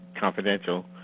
Confidential